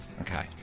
Okay